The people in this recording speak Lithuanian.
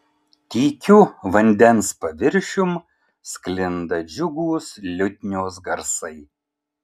tykiu vandens paviršium sklinda džiugūs liutnios garsai